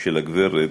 של הגברת,